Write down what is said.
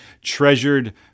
treasured